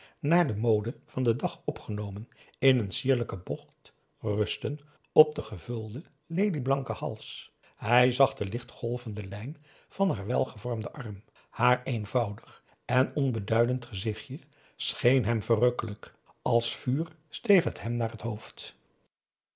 naar de mode van den dag opgenomen in een sierlijken bocht rusten op den gevulden lelieblanken hals hij zag de licht golvende lijn van haar welgevormden arm haar eenvoudig en onbeduidend gezichtje scheen hem verrukkelijk als vuur steeg het hem naar het hoofd